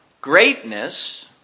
greatness